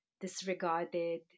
disregarded